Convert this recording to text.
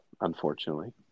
unfortunately